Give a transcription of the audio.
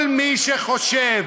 כל מי שחושב